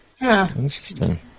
Interesting